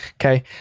Okay